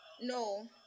no